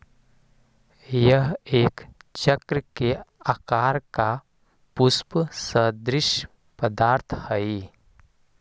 यह एक चक्र के आकार का पुष्प सदृश्य पदार्थ हई